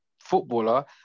footballer